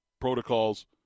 protocols